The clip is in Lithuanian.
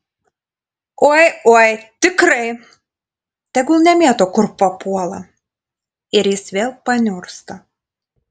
oi oi tikrai tegul nemėto kur papuola ir jis vėl paniursta